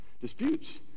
Disputes